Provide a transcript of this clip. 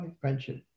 friendship